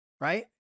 right